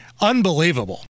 Unbelievable